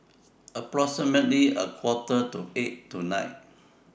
approximately A Quarter to eight tonight